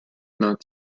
not